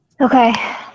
Okay